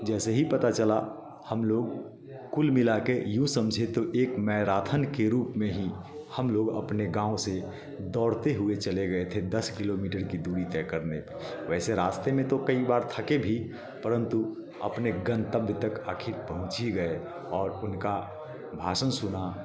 जैसे ही पता चला हम लोग कुल मिला के यूं समझे तो एक मैराथन के रूप में ही हम लोग अपने गाँव से दौड़ते हुए चले गए थे दस किलोमीटर की दूरी तय करने वैसे रास्ते में तो कई बार थके भी परंतु अपने गंतव्य तक आखिर पहुँच ही गए और उनका भाषण सुना